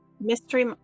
mystery